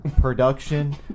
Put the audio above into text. production